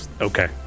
okay